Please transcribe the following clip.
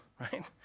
right